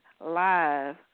live